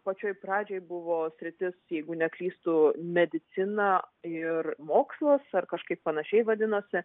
pačioj pradžioj buvo sritis jeigu neklystu medicina ir mokslas ar kažkaip panašiai vadinosi